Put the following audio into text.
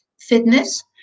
fitness